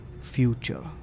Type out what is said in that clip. future